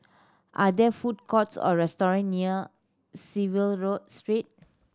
are there food courts or restaurant near Clive Road Street